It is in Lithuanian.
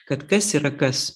kad kas yra kas